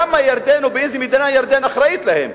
למה ירדן, ובאיזו מידה ירדן אחראית להם?